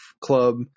Club